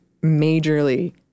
majorly